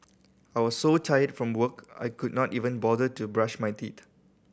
I was so tired from work I could not even bother to brush my teed